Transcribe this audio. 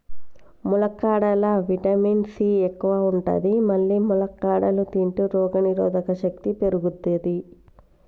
ములక్కాడలల్లా vitamin C ఎక్కువ ఉంటది మల్లి ములక్కాడలు తింటే రోగనిరోధక శక్తి పెరుగుతది